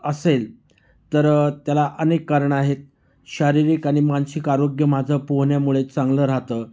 असेल तर त्याला अनेक कारणं आहेत शारीरिक आणि मानसिक आरोग्य माझं पोहण्यामुळे चांगलं राहतं